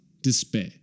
despair